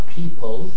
people